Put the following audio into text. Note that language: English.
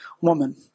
woman